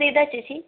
ദേ ഇതാ ചേച്ചി